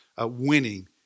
winning